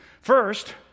First